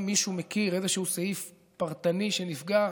אם מישהו מכיר איזשהו סעיף פרטני שנפגע,